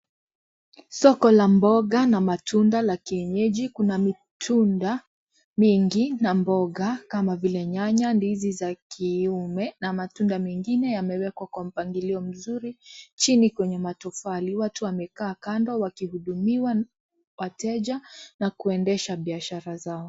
Soko la mboga na matunda la kienyeji kuna mitunda mingi na mboga kama vile nyanya ndizi za kiume na matunda mengine yamewekwa kwa mpangilio mzuri chini kwenye matofali watu wamekaa kando wakihudumiwa wateja na kuendesha biashara zao.